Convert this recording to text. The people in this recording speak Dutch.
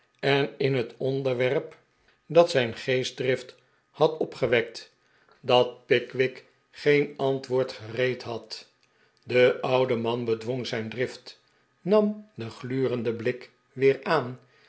en in het onder werp dat zijn geestdrift had opgewekt dat pickwick geen antwoord gereed had de oude man bedwong zijn drift nam den glurenden blik weer aan